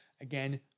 Again